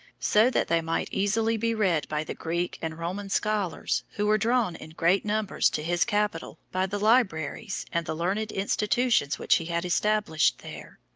so that they might easily be read by the greek and roman scholars who were drawn in great numbers to his capital by the libraries and the learned institutions which he had established there.